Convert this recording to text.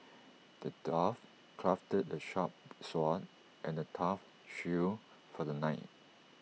the dwarf crafted A sharp sword and A tough shield for the knight